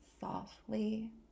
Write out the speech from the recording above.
softly